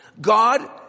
God